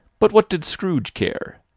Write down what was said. but what did scrooge care!